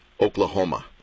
Oklahoma